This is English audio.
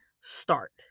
start